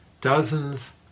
dozens